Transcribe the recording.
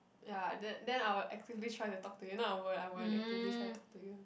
ya then then I will actively try to talk to you if not I won't I won't actively try to talk to you